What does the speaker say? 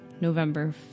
November